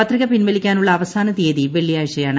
പത്രിക പിൻവലിക്കാനുള്ള അവസാന തീയതി വെള്ളിയാഴ്ചയാണ്